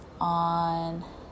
on